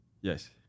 Yes